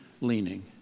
leaning